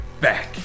back